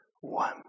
one